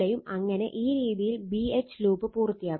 അങ്ങനെ ഈ രീതിയിൽ B H ലൂപ്പ് പൂർത്തിയാകും